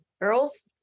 girls